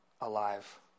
Alive